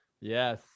Yes